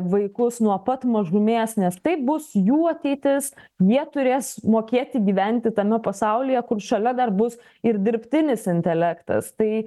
vaikus nuo pat mažumės nes tai bus jų ateitis jie turės mokėti gyventi tame pasaulyje kur šalia dar bus ir dirbtinis intelektas tai